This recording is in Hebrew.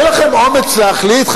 אין לכם אומץ להחליט,